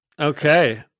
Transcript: Okay